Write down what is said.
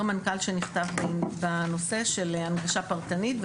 מנכ"ל שנכתב בנושא של הנגשה פרטנית,